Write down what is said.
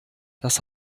das